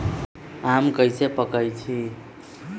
आम कईसे पकईछी?